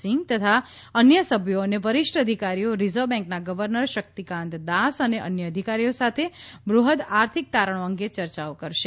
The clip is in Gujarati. સિંઘ તથા અન્ય સભ્યો અને વરિષ્ઠ અધિકારીઓ રીઝર્વ બેન્કના ગવર્નર શક્તિકાંત દાસ અને અન્ય અધિકારીઓ સાથે બૂહદ આર્થિક તારણો અંગે ચર્ચાઓ કરશે